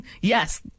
Yes